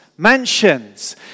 Mansions